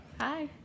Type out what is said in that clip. Hi